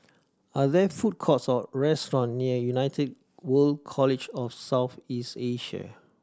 are there food courts or restaurants near United World College of South East Asia